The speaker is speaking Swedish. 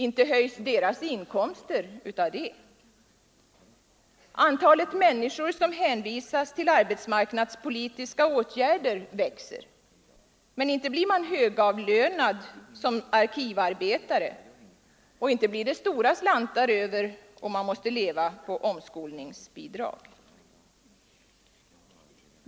Inte höjs deras inkomster av det. Antalet människor som hänvisas till arbetsmarknadspolitiska åtgärder växer. Men inte blir man högavlönad som arkivarbetare, och inte blir det stora slantar över om man måste leva på omskolningsbidrag.